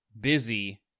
busy